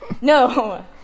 No